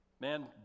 man